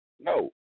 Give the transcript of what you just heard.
No